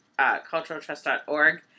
culturaltrust.org